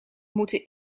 moeten